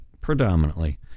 predominantly